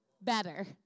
better